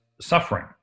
suffering